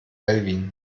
alwin